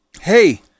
Hey